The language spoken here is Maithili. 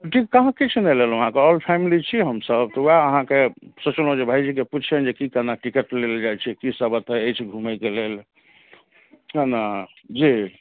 की कहाँ किछु नहि लेलहुँ हँ अहाँके ऑल फैमिली छी हमसब तऽ वएह अहाँके सोचलहुँ जे भायजीके पूछियनि जे की केना टिकट लेल जाइ छै की सब एतय अछि घूमयके लेल है न जी